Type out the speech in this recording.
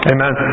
Amen